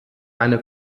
eine